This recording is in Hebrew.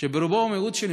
שברובו הוא גם מיעוט חלש,